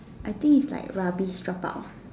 I think is like rubbish dropout